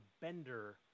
BENDER